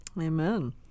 Amen